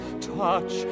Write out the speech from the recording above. Touch